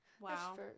Wow